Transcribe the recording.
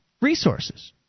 resources